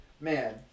Man